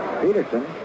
Peterson